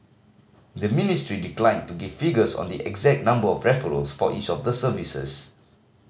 the ministry declined to give figures on the exact number of referrals for each of the services